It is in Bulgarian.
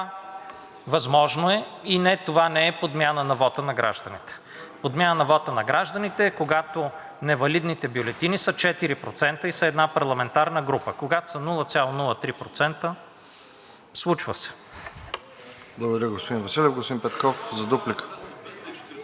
възможно е и не, това не е подмяна на вота на гражданите. Подмяна на вота на гражданите е, когато невалидните бюлетини са 4% и са от една парламентарна група, когато са 0,03% – случва се.